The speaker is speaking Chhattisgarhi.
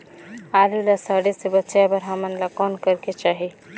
आलू ला सड़े से बचाये बर हमन ला कौन करेके चाही?